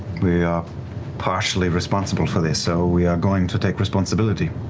we are partially responsible for this. so we are going to take responsibility.